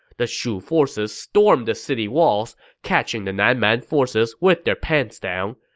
the shu forces stormed the city walls, catching the nan man forces with their pants down.